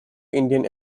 indian